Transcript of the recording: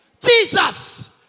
Jesus